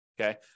Okay